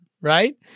Right